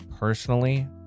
Personally